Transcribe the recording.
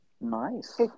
nice